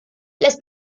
las